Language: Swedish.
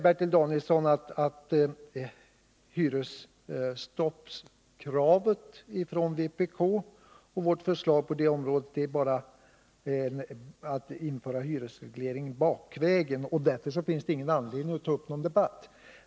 Bertil Danielsson säger att hyresstoppskravet från vpk och vårt förslag på det området bara innebär att man inför hyresreglering bakvägen och att det därför inte finns någon anledning att ta upp en debatt.